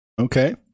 Okay